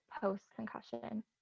post-concussion